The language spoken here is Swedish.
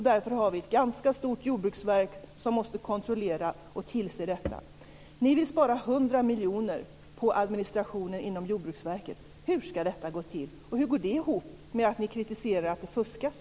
Därför har vi ett ganska stort jordbruksverk som måste utöva kontroll och ha tillsynsansvar. Ni vill spara 100 miljoner på administrationen inom Jordbruksverket. Hur ska gå det gå till? Och hur går det ihop med att ni kritiserar att det fuskas?